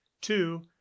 two